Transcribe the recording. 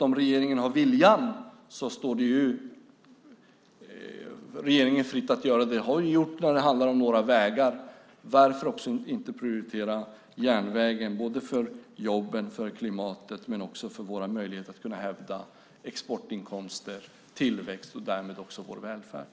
Om regeringen har viljan står det alltså regeringen fritt att göra detta. Det har gjorts när det handlar om våra vägar. Varför inte också prioritera järnvägen - för jobben, för klimatet och för våra möjligheter att hävda exportinkomster, tillväxt och därmed också vår välfärd?